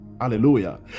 Hallelujah